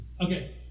Okay